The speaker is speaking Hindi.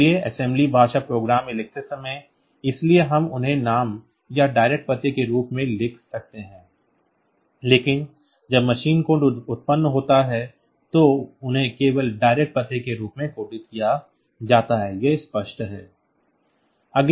इसलिए assembly भाषा प्रोग्राम में लिखते समय इसलिए हम उन्हें नाम या direct पते के रूप में लिख रहे हैं लेकिन जब मशीन कोड उत्पन्न होता है तो उन्हें केवल direct पते के रूप में कोडित किया जाता है यह स्पष्ट है